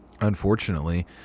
unfortunately